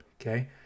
okay